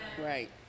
right